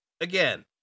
again